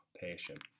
patient